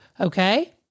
Okay